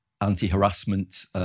anti-harassment